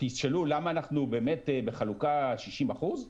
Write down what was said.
תשאלו, למה אנחנו באמת בחלוקה 60%?